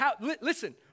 Listen